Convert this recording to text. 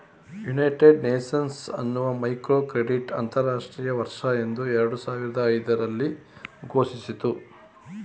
United Nations ಎರಡು ಸಾವಿರದ ಐದು ಅನ್ನು ಮೈಕ್ರೋಕ್ರೆಡಿಟ್ ಅಂತರಾಷ್ಟ್ರೀಯ ವರ್ಷ ಎಂದು ಘೋಷಿಸಿತು